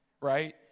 right